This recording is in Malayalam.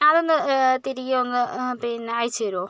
അതൊന്ന് തിരികെ ഒന്ന് പിന്നെ അയച്ചു തരുമോ